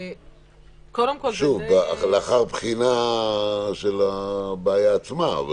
שוב, לאחר בחינה של הבעיה עצמה.